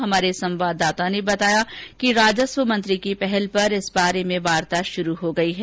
हमारे संवाददाता ने बताया कि राजस्व मंत्री की पहल पर इस बारे में वार्ता शूरू हो गई है